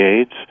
AIDS